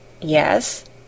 Yes